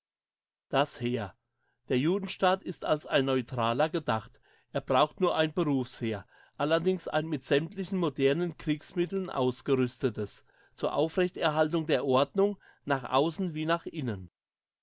das heer der judenstaat ist als ein neutraler gedacht er braucht nur ein berufsheer allerdings ein mit sämmtlichen modernen kriegsmitteln ausgerüstetes zur aufrechterhaltung der ordnung nach aussen wie nach innen